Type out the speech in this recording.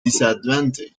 disadvantage